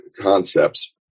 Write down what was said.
concepts